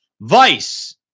Vice